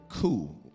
Cool